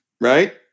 right